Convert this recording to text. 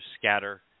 scatter